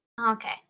Okay